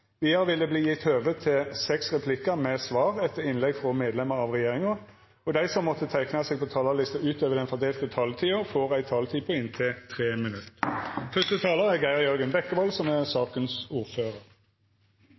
Vidare vil det verta høve til inntil seks replikkar med svar etter innlegg frå medlemer av regjeringa, og dei som måtte teikna seg på talarlista utover den fordelte taletida, får ei taletid på inntil 3 minutt.